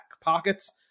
pockets